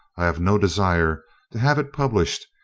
i have no desire to have it published,